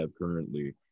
currently